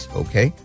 okay